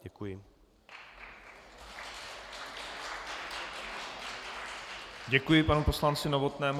Děkuji panu poslanci Novotnému.